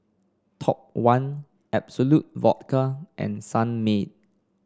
Top One Absolut Vodka and Sunmaid